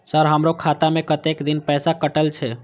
Sir हमारो खाता में कतेक दिन पैसा कटल छे?